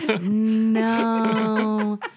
No